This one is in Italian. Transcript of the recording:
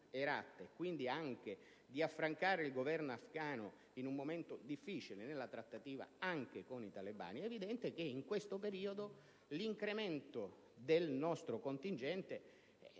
quindi anche di affrancare il Governo afgano in un momento difficile nella trattativa anche con i talebani, è evidente che in questo periodo l'incremento del nostro contingente